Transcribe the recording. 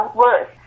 words